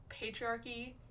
patriarchy